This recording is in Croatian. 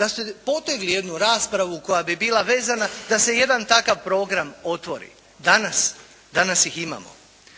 Da ste potegli jednu raspravu koja bi bila vezana da se jedan takav program otvori. Danas. Danas ih imamo.